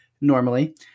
normally